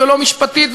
ולא משפטית,